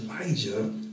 Elijah